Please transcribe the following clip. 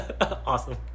Awesome